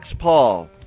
Paul